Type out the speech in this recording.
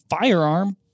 firearm